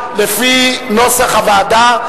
רבותי חברי הכנסת,